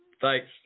thanks